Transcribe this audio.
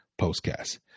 postcast